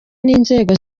n’inzego